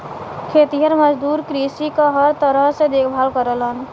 खेतिहर मजदूर कृषि क हर तरह से देखभाल करलन